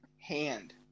hand